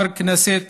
כחבר כנסת